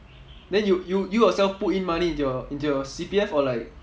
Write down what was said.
then you you you yourself put in money into your into your C_P_F or like